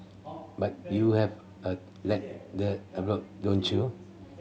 but you have a let that don't you